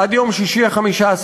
עד יום שישי 15 בנובמבר.